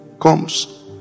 comes